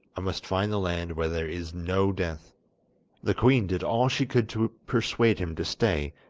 i must find the land where there is no death the queen did all she could to persuade him to stay,